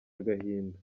agahinda